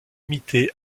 limiter